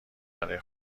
برای